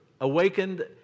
awakened